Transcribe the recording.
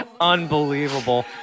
unbelievable